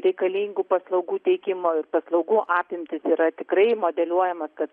reikalingų paslaugų teikimo ir paslaugų apimtys yra tikrai modeliuojama kad